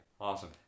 Awesome